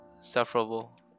sufferable